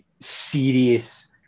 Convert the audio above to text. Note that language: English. serious